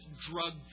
drug